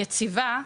יציבה,